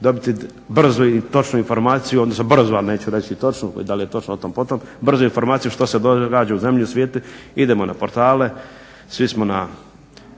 dobiti brzu i točnu informaciju, odnosno brzu ali neću reći točnu, da li je točno, otom, potom. Brzu informaciju što se događa u zemlji i svijetu. Idemo na portale, svi smo na pomagalima